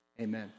Amen